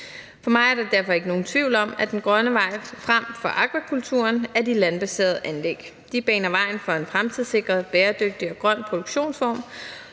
For mig er der derfor ikke nogen tvivl om, at den grønne vej frem for agrikulturen er de landbaserede anlæg. De baner vejen for en fremtidssikret, bæredygtig og grøn produktionsform.